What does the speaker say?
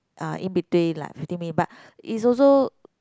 uh in between like fifteen minutes but is also